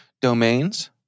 domains